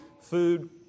food